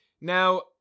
Now